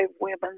women